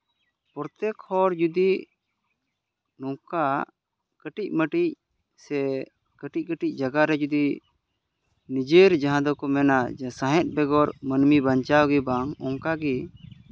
ᱯᱚᱨᱛᱛᱮᱠ ᱦᱚᱲ ᱡᱚᱫᱤ ᱱᱚᱝᱠᱟ ᱠᱟᱹᱴᱤᱡ ᱢᱟᱹᱴᱤᱡ ᱥᱮ ᱠᱟᱹᱴᱤᱡ ᱠᱟᱹᱴᱤᱡ ᱡᱟᱭᱜᱟ ᱨᱮ ᱡᱩᱫᱤ ᱱᱤᱡᱮᱨ ᱡᱟᱦᱟᱸ ᱫᱚᱠᱚ ᱢᱮᱱᱟ ᱥᱟᱸᱦᱮᱫ ᱵᱮᱜᱚᱨ ᱢᱟᱹᱱᱢᱤ ᱵᱟᱧᱪᱟᱣ ᱜᱮ ᱵᱟᱝ ᱚᱱᱠᱟᱜᱮ